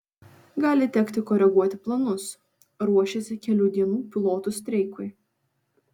gali tekti koreguoti planus ruošiasi kelių dienų pilotų streikui